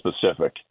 specific